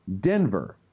Denver